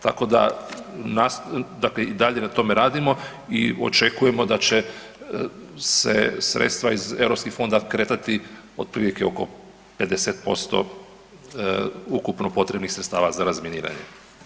Tako da i dalje na tome radimo i očekujemo da će se sredstava iz europskog fonda kretati otprilike oko 50% ukupno potrebnih sredstava za razminiranje.